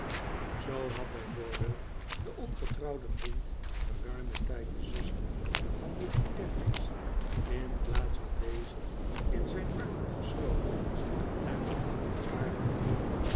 zoo had b v de ongetrouwde vriend geruimen tijd de zuster van juffrouw kenwigs in plaats van deze in zijn armen gesloten en den achtenswaardigen heer